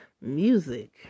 music